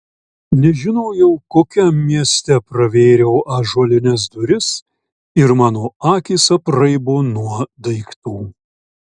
nežinojau kokiam mieste pravėriau ąžuolines duris ir mano akys apraibo nuo daiktų